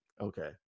Okay